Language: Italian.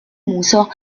muso